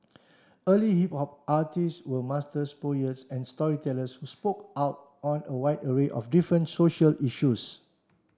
early hip hop artists were master poets and storytellers who spoke out on a wide array of different social issues